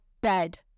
bed